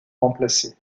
remplacer